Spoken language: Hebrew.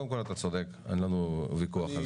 קודם כל אתה צודק, אין לנו ויכוח על זה.